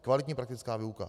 Kvalitní praktická výuka.